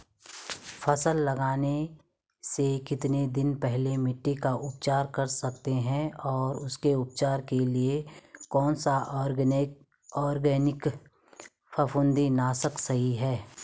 फसल लगाने से कितने दिन पहले मिट्टी का उपचार कर सकते हैं और उसके उपचार के लिए कौन सा ऑर्गैनिक फफूंदी नाशक सही है?